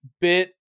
bit